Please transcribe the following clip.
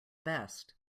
best